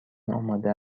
آماده